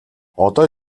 одоо